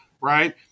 right